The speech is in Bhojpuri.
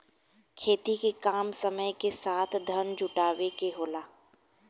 खेती के काम समय के साथ धन जुटावे के होला